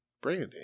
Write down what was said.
Brandy